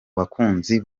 bakunzi